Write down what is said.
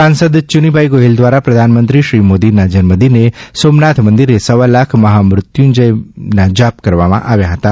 સાંસદ શ્રી યુનીભાઇ ગોહિલ દ્વારા પ્રધાનમંત્રી નરેન્દ્ર મોદીના જન્મદિને સોમનાથ મંદિરે સવા લાખ મહામૃત્યુંજય જાપ કરાવવામાં આવ્યાં